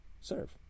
serve